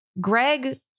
Greg